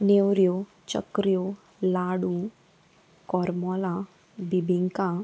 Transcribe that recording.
नेवऱ्यो चकऱ्यो लाडू करमलां बिबिंका